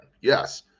Yes